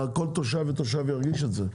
כל תושב ותושב ירגיש את זה.